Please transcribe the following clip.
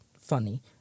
funny